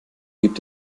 gibt